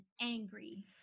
angry